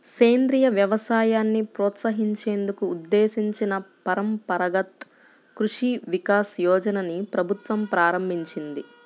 సేంద్రియ వ్యవసాయాన్ని ప్రోత్సహించేందుకు ఉద్దేశించిన పరంపరగత్ కృషి వికాస్ యోజనని ప్రభుత్వం ప్రారంభించింది